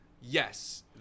yes